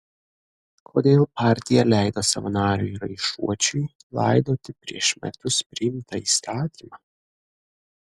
kodėl partija leido savo nariui raišuočiui laidoti prieš metus priimtą įstatymą